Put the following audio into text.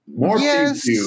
Yes